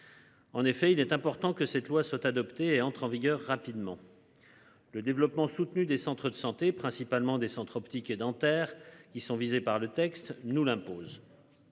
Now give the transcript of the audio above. En effet il est important que cette loi soit adoptée et entre en vigueur rapidement. Le développement soutenu des centres de santé, principalement des centres optiques et dentaires qui sont visés par le texte, nous l'impose.